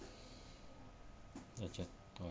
okay